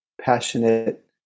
passionate